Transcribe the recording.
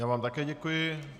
Já vám také děkuji.